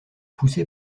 poussé